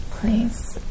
Please